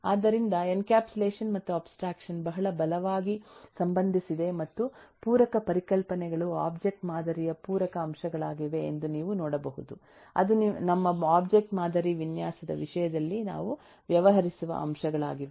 ಆದ್ದರಿಂದ ಎನ್ಕ್ಯಾಪ್ಸುಲೇಷನ್ ಮತ್ತು ಅಬ್ಸ್ಟ್ರಾಕ್ಷನ್ ಬಹಳ ಬಲವಾಗಿ ಸಂಬಂಧಿಸಿದೆ ಮತ್ತು ಪೂರಕ ಪರಿಕಲ್ಪನೆಗಳು ಒಬ್ಜೆಕ್ಟ್ ಮಾದರಿಯ ಪೂರಕ ಅಂಶಗಳಾಗಿವೆ ಎಂದು ನೀವು ನೋಡಬಹುದು ಅದು ನಮ್ಮ ಒಬ್ಜೆಕ್ಟ್ ಮಾದರಿ ವಿನ್ಯಾಸದ ವಿಷಯದಲ್ಲಿ ನಾವು ವ್ಯವಹರಿಸುವ ಅಂಶಗಳಾಗಿವೆ